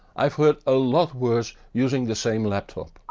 i've heard a lot worse using the same laptop.